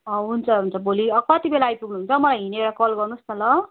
a हुन्छ हुन्छ भोलि कति बेला आइपुग्नुहुन्छ मलाई हिँडेर कल गर्नुहोस् न ल